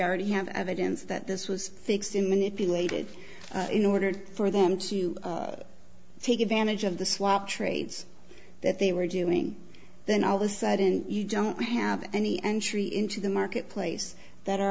already have evidence that this was fixed and manipulated in order for them to take advantage of the swap trades that they were doing then all the sudden you don't have any entry into the marketplace that are